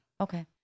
Okay